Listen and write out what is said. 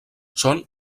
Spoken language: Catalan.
són